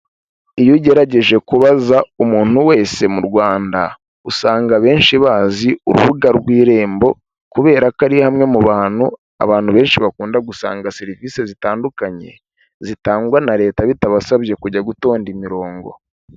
Iyo ugerageje kubaza umuntu wese mu Rwanda usanga abenshi bazi ''Urubuga rw'Irembo'', kubera ko ari hamwe mu hantu abantu benshi bakunda gusanga serivise zitandukanye zitangwa na Leta, bitabasabye kujya gutonda imirongo.